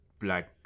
black